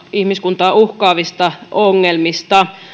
ihmiskuntaa uhkaavista ongelmista